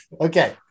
Okay